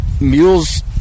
mules